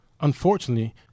unfortunately